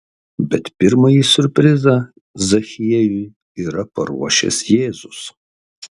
bet pirmąjį siurprizą zachiejui yra paruošęs jėzus